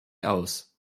aus